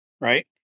right